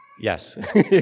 Yes